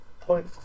point